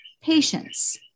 Patience